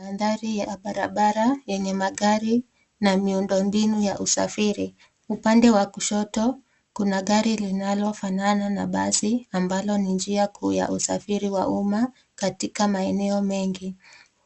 Mandhari ya barabara yenye magari na miundo mbinu ya usafiri. Upande wa kushoto, kuna gari linalofanana na basi ambalo ni njia kuu ya usafiri wa umma katika maeneo mengi.